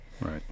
Right